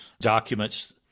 documents